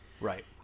right